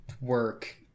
work